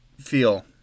feel